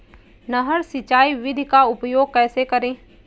नहर सिंचाई विधि का उपयोग कैसे करें?